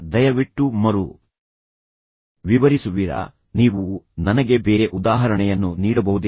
ದಯವಿಟ್ಟು ಮರು ವಿವರಿಸುವಿರಾ ಅಥವಾ ಬೇರೆ ರೀತಿಯಲ್ಲಿ ಮತ್ತೊಮ್ಮೆ ಹೇಳಬಹುದೇ ನನಗೆ ಅರ್ಥವಾಗುವಂತೆ ನೀವು ನನಗೆ ಬೇರೆ ಉದಾಹರಣೆಯನ್ನು ನೀಡಬಹುದೇ